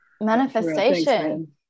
Manifestation